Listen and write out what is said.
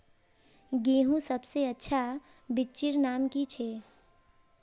गेहूँर सबसे अच्छा बिच्चीर नाम की छे?